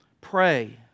pray